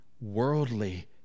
worldly